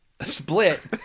Split